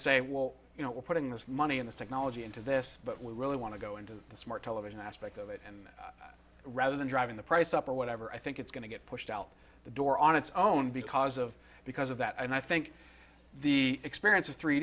to say well you know we're putting this money in the technology into this but we really want to go into the smart television aspect of it and rather than driving the price up or whatever i think it's going to get pushed out the door on its own because of because of that and i think the experience of three